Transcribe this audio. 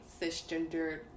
cisgender